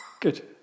Good